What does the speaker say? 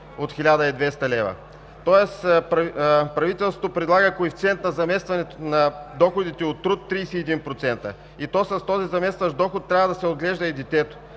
от 1200 лв.?! Тоест правителството предлага коефициент на заместването на доходите от труд 31%. С този заместващ доход трябва да се отглежда и детето,